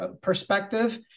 perspective